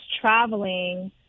traveling